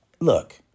Look